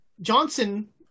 Johnson